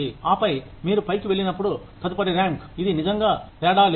ఆపై మీరు పైకి వెళ్ళినప్పుడు తదుపరి ర్యాంక్ ఇది నిజంగా తేడా లేదు